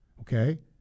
Okay